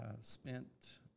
spent